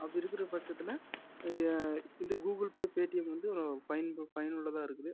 அப்படி இருக்கிற பட்சத்தில் இந்த கூகுள் பே பேடிஎம் வந்து பயன் பயனுள்ளதாக இருக்குது